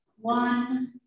one